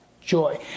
joy